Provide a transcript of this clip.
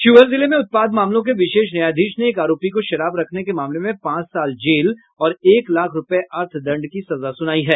शिवहर जिले में उत्पाद मामलों के विशेष न्यायाधीश ने एक आरोपी को शराब रखने के मामले में पांच साल जेल और एक लाख रूपये अर्थदंड की सजा सुनायी है